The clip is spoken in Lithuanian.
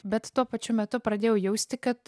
bet tuo pačiu metu pradėjau jausti kad